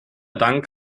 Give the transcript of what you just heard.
dank